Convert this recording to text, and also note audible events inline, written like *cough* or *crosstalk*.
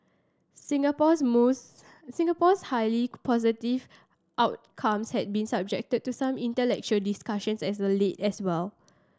Singapore's *unintelligible* Singapore's highly positive outcomes has been subject to some intellectual discussions as a late as well